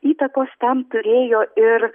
įtakos tam turėjo ir